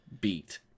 beat